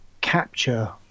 capture